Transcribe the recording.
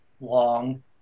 long